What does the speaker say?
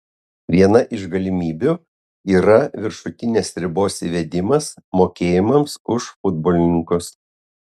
viena iš galimybių yra viršutinės ribos įvedimas mokėjimams už futbolininkus